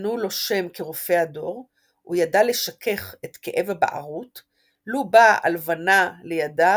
קנו לו שם כרופא הדור/ הוא ידע לשכך את כאב הבערות/ לו באה הלבנה לידיו/